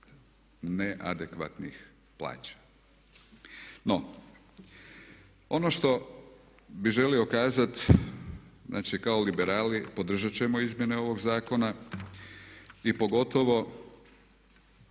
ne adekvatnih plaća. No, ono što bi želio kazati znači kao liberali podržat ćemo izmjene ovog zakona i pogotovo